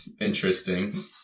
Interesting